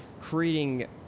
creating